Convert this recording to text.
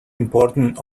important